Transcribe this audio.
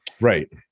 right